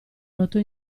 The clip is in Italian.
notò